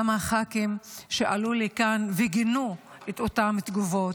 גם הח"כים שעלו לכאן וגינו את אותן תגובות.